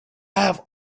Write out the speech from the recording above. have